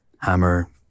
hammer